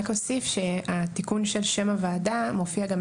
את התיקון של שם הוועדה צריך לעשות גם